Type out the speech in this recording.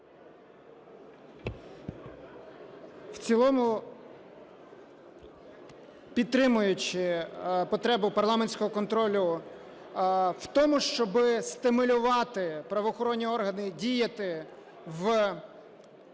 В цілому підтримуючи потребу парламентського контролю в тому, щоб стимулювати правоохоронні органи діяти у важливих суспільно